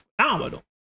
phenomenal